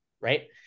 right